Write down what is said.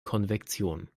konvektion